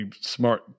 smart